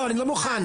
אני לא מוכן,